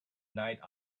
night